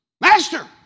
Master